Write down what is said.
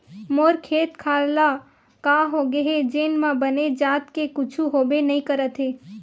मोर खेत खार ल का होगे हे जेन म बने जात के कुछु होबे नइ करत हे